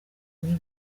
muri